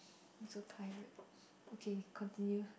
I'm so tired okay continue